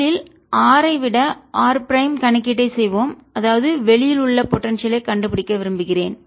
முதலில் ஆர் ஐ விட ஆர் பிரைம் கணக்கீட்டைச் செய்வோம் அதாவது வெளியில் உள்ள போடன்சியல் ஐ கண்டுபிடிக்க விரும்புகிறேன்